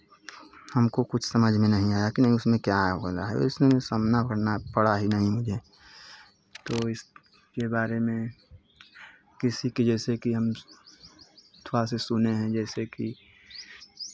हमको कुछ समझ में नहीं आया कि मैं उसमें क्या हो रहा है उसमें सामना करना पड़ा ही नहीं मुझे तो इसके बारे में किसी के जैसे की हम थोड़ा से सुने हैं जैसे कि